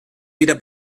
weder